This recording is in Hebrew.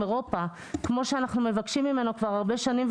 אירופה כמו שאנחנו מבקשים ממנו כבר הרבה שנים.